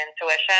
intuition